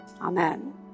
Amen